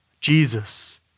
Jesus